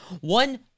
One